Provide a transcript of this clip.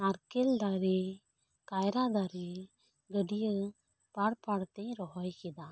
ᱱᱟᱨᱠᱮᱞ ᱫᱟᱨᱮ ᱠᱟᱭᱨᱟ ᱫᱟᱨᱮ ᱜᱟᱹᱰᱤᱭᱟᱹ ᱯᱟᱲ ᱯᱟᱲᱛᱮ ᱨᱚᱦᱚᱭ ᱠᱮᱫᱟ